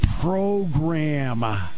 program